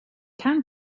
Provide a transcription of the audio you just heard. can